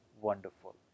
wonderful